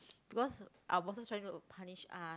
because our bosses trying to punish us